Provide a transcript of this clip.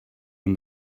and